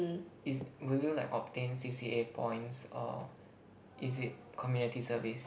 is will you like obtain C_C_A points or is it Community Service